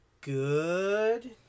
good